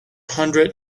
hundred